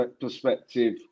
perspective